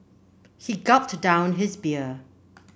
he gulped down his beer